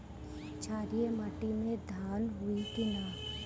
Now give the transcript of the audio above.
क्षारिय माटी में धान होई की न?